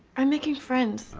i'm making friends.